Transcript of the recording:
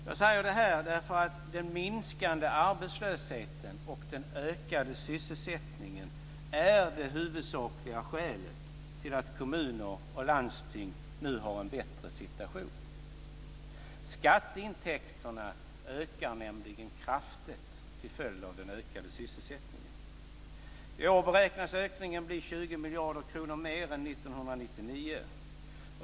Jag säger detta därför att den minskade arbetslösheten och den ökade sysselsättningen är det huvudsakliga skälet till att kommuner och landsting nu har en bättre situation. Skatteintäkterna ökar nämligen kraftigt till följd av den ökade sysselsättningen. I år beräknas ökningen bli 20 miljarder kronor större än 1999.